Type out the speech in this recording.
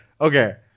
Okay